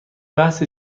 بحث